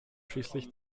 schließlich